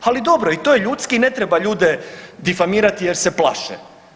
Ali dobro i to je ljudski i ne treba ljude difamirati jer se plaše.